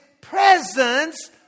presence